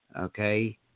okay